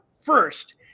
first